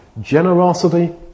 generosity